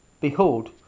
Behold